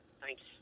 thanks